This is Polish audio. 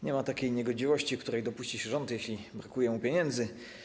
Nie ma takiej niegodziwości, której nie dopuści się rząd, jeśli brakuje mu pieniędzy.